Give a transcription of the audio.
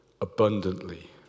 abundantly